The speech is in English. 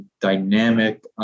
dynamic